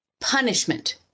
punishment